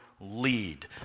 lead